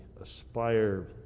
aspire